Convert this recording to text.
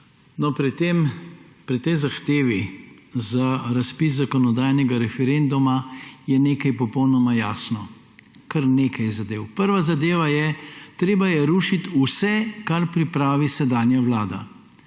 No, pri tej zahtevi za razpis zakonodajnega referenduma je nekaj popolnoma jasno, kar nekaj je zadev. Prva zadeva je, treba je rušiti vse, kar pripravi sedanja vlada,